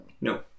No